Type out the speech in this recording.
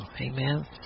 Amen